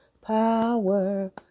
Power